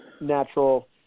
natural